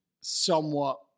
somewhat